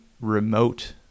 remote